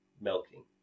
milking